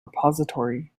repository